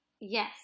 yes